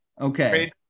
okay